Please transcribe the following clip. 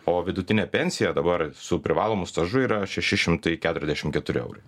o vidutinė pensija dabar su privalomu stažu yra šeši šimtai keturiasdešimt keturi eurai